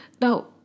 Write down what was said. Now